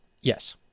yes